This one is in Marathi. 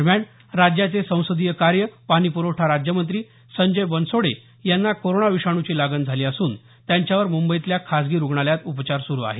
दरम्यान राज्याचे संसदीय कार्य पाणीप्रवठा राज्यमंत्री संजय बनसोडे यांना कोरोना विषाणुची लागण झाली असून त्यांच्यावर मुंबईतल्या खासगी रुग्णालयात उपचार सुरु आहेत